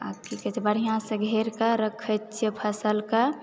आ की कहै छै बढ़िआँसँ घेर कऽ रखै छिऐ फसलके